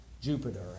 Jupiter